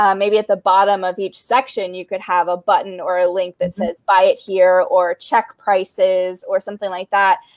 um maybe at the bottom of each section, you could have a button or a link that says, buy it here or check prices or something like that.